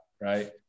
right